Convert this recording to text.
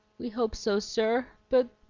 we hope so, sir, but